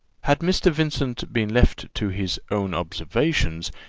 had mr. vincent been left to his own observations,